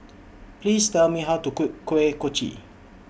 Please Tell Me How to Cook Kuih Kochi